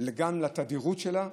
גם לתדירות שלה,